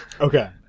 Okay